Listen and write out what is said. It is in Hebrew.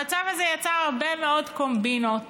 המצב הזה יצר הרבה מאוד קומבינות.